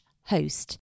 host